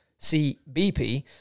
CBP